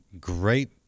great